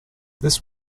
this